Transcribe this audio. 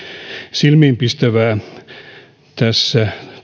silmiinpistävää tässä